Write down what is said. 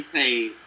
paid